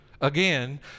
again